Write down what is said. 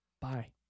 Bye